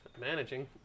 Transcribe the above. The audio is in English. managing